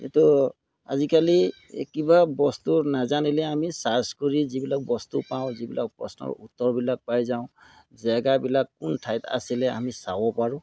কিন্তু আজিকালি এই কিবা বস্তু নেজানিলে আমি ছাৰ্চ কৰি যিবিলাক বস্তু পাওঁ যিবিলাক প্ৰশ্নৰ উত্তৰবিলাক পাই যাওঁ জেগাবিলাক কোন ঠাইত আছিলে আমি চাব পাৰোঁ